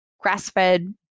grass-fed